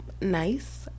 nice